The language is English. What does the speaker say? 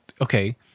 okay